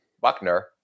Buckner